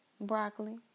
broccoli